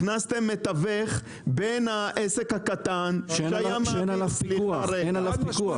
הכנסתם מתווך בין העסק הקטן --- אין עליו פיקוח.